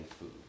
food